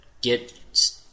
get